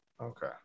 Okay